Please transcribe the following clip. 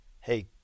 hey